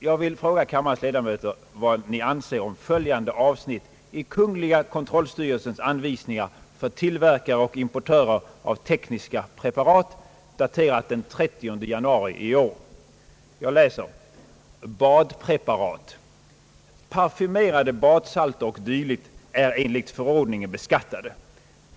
Jag vill fråga kammarens ledamöter vad ni anser om följande avsnitt i kungl. kontrollstyrelsens anvisningar »Badpreparat. Parfymerade badsalter o.d. är enligt förordningen beskattade.